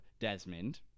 Desmond